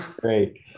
great